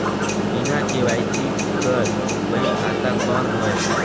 बिना के.वाई.सी कर बैंक खाता कौन होएल?